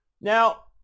Now